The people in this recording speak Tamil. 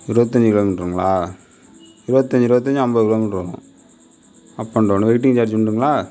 இருபத்தஞ்சு கிலோமீட்டருங்களா இருபத்தஞ்சு இருபத்தஞ்சு ஐம்பது கிலோமீட்டர் வரும் up and down waiting charge உண்டுங்களா